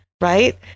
right